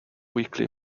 weekly